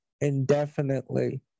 indefinitely